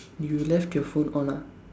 you left your phone on ah